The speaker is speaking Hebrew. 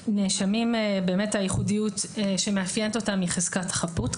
באמת הייחודיות שמאפיינת אותם היא חזקת החפות.